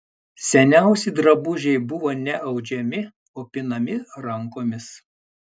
seniausi drabužiai buvo ne audžiami o pinami rankomis